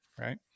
Right